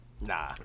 Nah